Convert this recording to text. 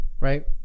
Right